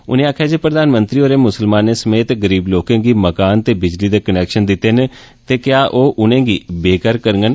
उनें आक्खेआ जे प्रधानमंत्री होरें मुसलमानें समेत गरीब लोकेंगी मकान ते बिजली दे कनैक्शन दित्ते न ते क्या ओह उनेंगी बेघर करगंन